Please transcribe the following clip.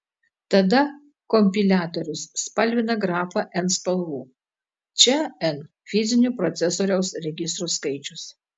tada kompiliatorius spalvina grafą n spalvų čia n fizinių procesoriaus registrų skaičius